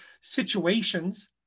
situations